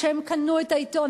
כשהם קנו את העיתון,